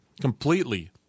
Completely